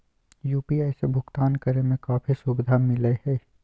UPI से भुकतान करे में काफी सुबधा मिलैय हइ